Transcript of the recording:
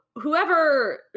Whoever